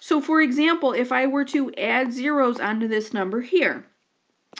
so for example, if i were to add zeroes onto this number here